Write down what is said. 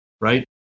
right